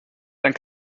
dann